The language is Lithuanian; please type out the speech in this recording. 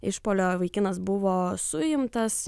išpuolio vaikinas buvo suimtas